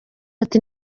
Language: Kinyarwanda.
ati